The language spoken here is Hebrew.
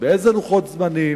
באיזה לוח זמנים,